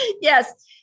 Yes